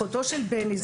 אחותו של בני,